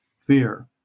fear